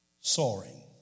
soaring